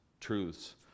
truths